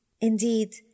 Indeed